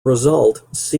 result